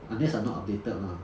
unless I'm not updated lah